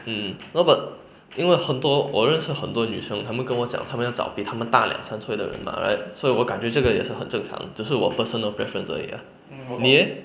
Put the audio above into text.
mm no but 因为很多我认识很多女生他们跟我讲他们要找比他们大两三岁的人 mah right 所以我感觉这个也是很正常只是我 personal preference 而已 ah 你 leh